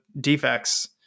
defects